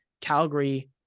Calgary